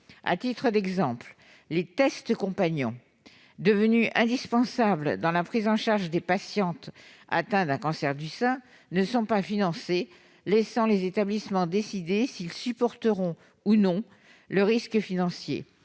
À titre d'exemple, les « tests compagnons », devenus indispensables dans la prise en charge des patientes atteintes d'un cancer du sein, ne sont pas financés, laissant les établissements décider s'ils supporteront ou non le risque financier,